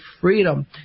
freedom